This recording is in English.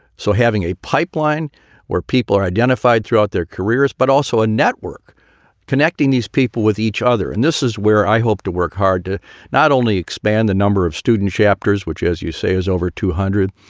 so having a pipeline where people are identified throughout their careers, but also a network connecting these people with each other. and this is where i hope to work hard to not only expand the number of student chapters, which, as you say, is over two hundred,